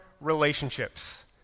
relationships